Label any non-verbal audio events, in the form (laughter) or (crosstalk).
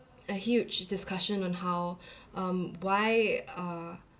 a huge discussion on how (breath) um why uh